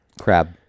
crab